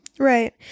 Right